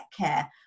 care